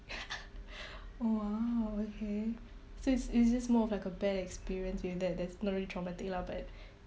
!wow! okay so it's it's just more of like a bad experience for you that that's not really traumatic lah but